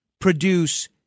produce